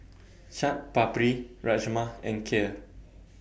Chaat Papri Rajma and Kheer